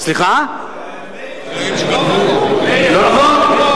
לא נכון, לא נכון?